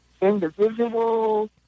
individuals